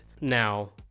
now